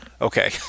Okay